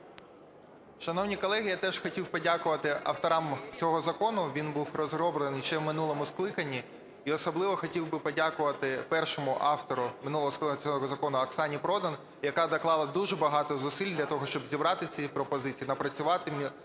Шановні колеги, я теж хотів подякувати авторам цього закону, він був розроблений ще в минулому скликанні, і особливо хотів би подякувати першому автору минулого скликання цього закону Оксані Продан, яка доклала дуже багато зусиль для того, щоб зібрати ці пропозиції, напрацювати разом